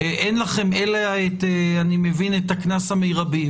אין לכם אלא את הקנס המרבי.